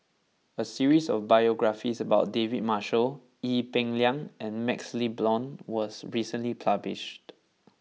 a series of biographies about David Marshall Ee Peng Liang and Maxle Blond was recently published